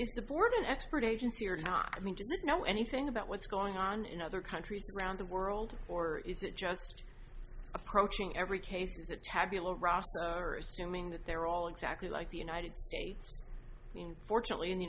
aboard an expert agency or not i mean do you know anything about what's going on in other countries around the world or is it just approaching every case a tabula rasa are assuming that they're all exactly like the united states i mean fortunately in the